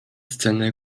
scenę